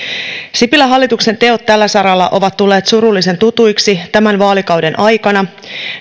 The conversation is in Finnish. sipilän hallituksen teot tällä saralla ovat tulleet surullisen tutuiksi tämän vaalikauden aikana